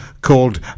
called